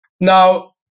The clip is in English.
Now